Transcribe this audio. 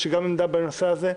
יש לי גם עמדה בנושא הזה,